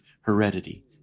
heredity